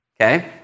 Okay